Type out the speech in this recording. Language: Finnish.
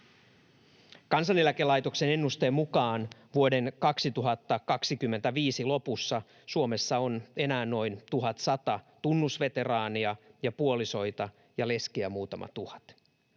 Kansaneläkelaitoksen ennusteen mukaan vuoden 2025 lopussa Suomessa on enää noin 1 100 tunnusveteraania, ja puolisoita ja leskiä muutama tuhat.